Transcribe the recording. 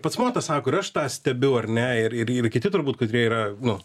pats mo tą sako ir aš tą stebiu ar ne ir ir ir kiti turbūt katrie yra nu